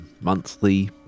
monthly